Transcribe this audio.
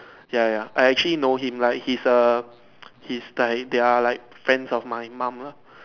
ya ya ya I actually know him like he's a he's like they're like friends of my mum lah